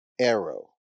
arrow